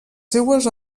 seues